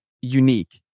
unique